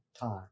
time